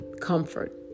comfort